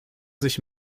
sich